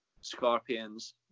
scorpions